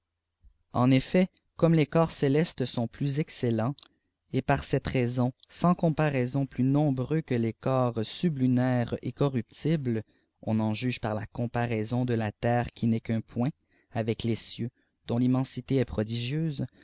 en effet comme les corps célestes sont plus celleitts et par cette raison sans comparaison plus nombreux que les corps sublunaires et corruptibles off étl jugé pàf là comparaisdii ae la terre qui n'est qu'un point avec les cieti c dont l'immensité est prodigieux